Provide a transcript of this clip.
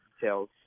details